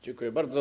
Dziękuję bardzo.